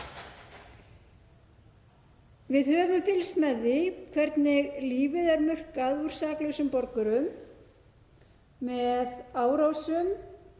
Við höfum fylgst með því hvernig lífið er murkað úr saklausum borgurum með árásum,